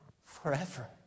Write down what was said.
forever